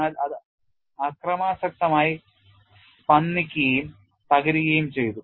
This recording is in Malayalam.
എന്നാൽ അത് അക്രമാസക്തമായി സ്പന്ദിക്കുകയും തകരുകയും ചെയ്തു